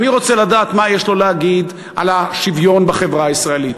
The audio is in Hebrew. ואני רוצה לדעת מה יש לו להגיד על השוויון בחברה הישראלית,